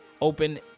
open